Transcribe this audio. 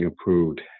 approved